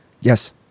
Yes